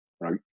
right